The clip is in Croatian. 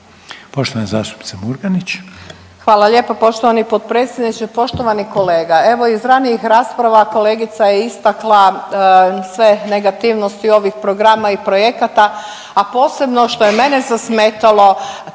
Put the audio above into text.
**Murganić, Nada (HDZ)** Hvala lijepa poštovani potpredsjedniče. Poštovani kolega, evo iz ranijih rasprava kolegica je istakla sve negativnosti ovih programa i projekata, a posebno što je mene zasmetalo